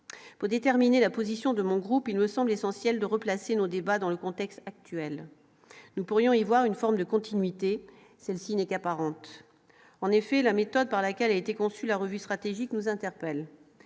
pour déterminer la position de mon groupe, il me semble essentiel de replacer nos débats dans le contexte actuel, nous pourrions y voir une forme de continuité, celle-ci n'est qu'apparente, en effet, la méthode par laquelle a été conçu la revue stratégique nous interpelle,